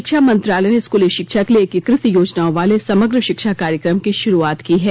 शिक्षा मंत्रालय ने स्कूली शिक्षा के लिए एकीकृत योजनाओं वाले समग्र शिक्षा कार्यक्रम की शुरूआत की है